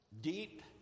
Deep